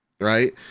right